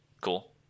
Cool